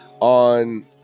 on